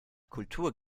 kultur